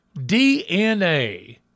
DNA